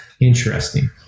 Interesting